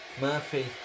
Murphy